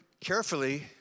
carefully